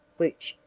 which,